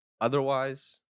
Otherwise